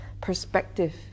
perspective